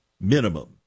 minimum